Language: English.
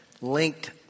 linked